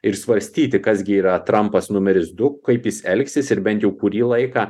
ir svarstyti kas gi yra trampas numeris du kaip jis elgsis ir bent jau kurį laiką